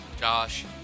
Josh –